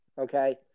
okay